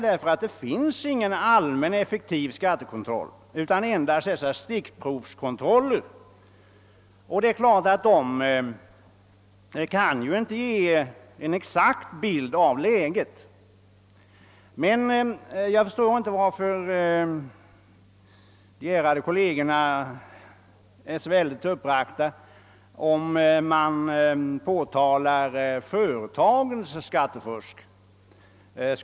Det finns nämligen ingen allmän effektiv skattekontroll, utan det görs endast stickprovskontroller, vilka givetvis inte kan ge en exakt bild av läget. Jag förstår inte varför de ärade kollegerna blir så uppbragta om företagens skattefusk påtalas.